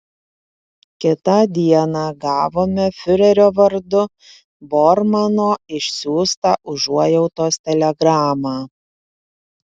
kitą dieną gavome fiurerio vardu bormano išsiųstą užuojautos telegramą